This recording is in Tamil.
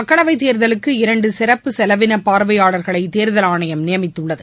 மக்களவைத்தேர்தலுக்கு இரண்டு சிறப்பு செலவின பார்வையாளர்களை தேர்தல் ஆணையம் நியமித்துள்ளது